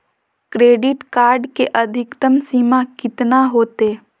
Credit card के अधिकतम सीमा कितना होते?